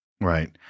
Right